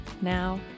Now